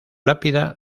lápida